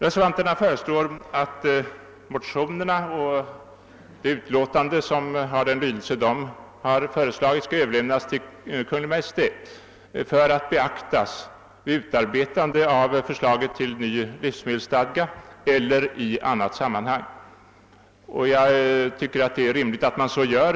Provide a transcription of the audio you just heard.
Reservanterna föreslår att motionerna jämte utlåtandet i den av dem föreslagna lydelsen skall överlämnas till Kungl. Maj:t för att beaktas vid utarbetande av förslaget till ny livsmedelsstadga eller i annat sammanhang. Det är rimligt att man så gör.